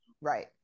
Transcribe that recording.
Right